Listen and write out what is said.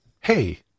Hey